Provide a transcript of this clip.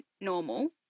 normal